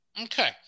Okay